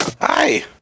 hi